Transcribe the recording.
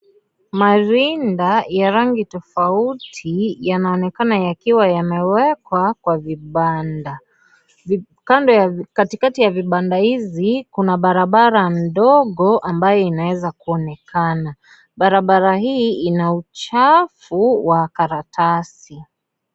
Marinda ya rangi tofauti yanaonekana yakiwa yamewekwa kwa vibanda. Kati kati ya vibanda hizi kuna barabara ndogo ambayo inaweza kuonekana. Barabara hii ina uchafu wa karatasi.